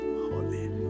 holy